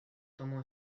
tomó